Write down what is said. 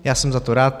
Já jsem za to rád.